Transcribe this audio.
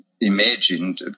imagined